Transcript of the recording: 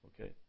okay